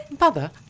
Mother